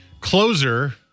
closer